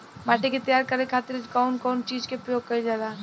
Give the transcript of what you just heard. माटी के तैयार करे खातिर कउन कउन चीज के प्रयोग कइल जाला?